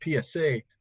PSA